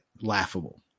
laughable